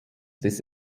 des